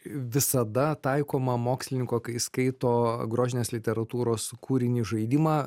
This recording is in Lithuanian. visada taikomą mokslininko kai skaito grožinės literatūros kūrinį žaidimą